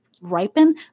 ripen